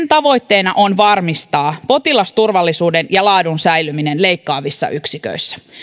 tavoitteena on varmistaa potilasturvallisuuden ja laadun säilyminen leikkaavissa yksiköissä